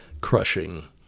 crushing